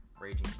raging